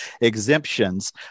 exemptions